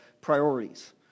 priorities